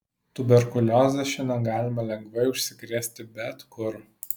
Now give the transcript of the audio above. tuberkulioze šiandien galima lengvai užsikrėsti bet kur